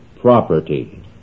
property